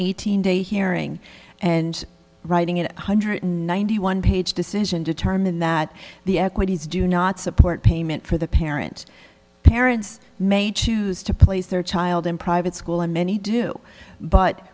eighteen day hearing and writing it one hundred ninety one page decision determined that the equities do not support payment for the parent parents may choose to place their child in private school and many do but